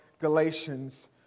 Galatians